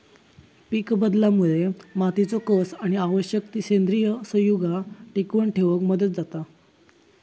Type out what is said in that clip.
पीकबदलामुळे मातीचो कस आणि आवश्यक ती सेंद्रिय संयुगा टिकवन ठेवक मदत जाता